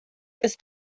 ist